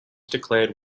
declared